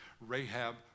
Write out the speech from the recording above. Rahab